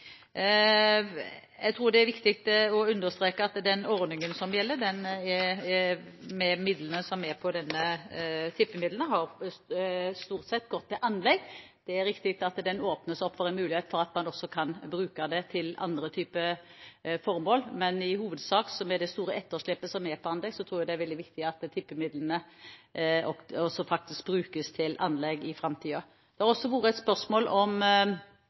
Jeg tror det er viktig å understreke at tippemidlene, den ordningen, stort sett har gått til anlegg. Det er riktig at det åpnes for at man også kan bruke disse til andre typer formål, men i hovedsak, med det store etterslepet som er når det gjelder anlegg, tror jeg det er veldig viktig at tippemidlene brukes til anlegg også i framtiden. Det har også vært spørsmål om